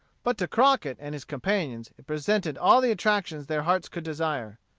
but to crockett and his companions it presented all the attractions their hearts could desire.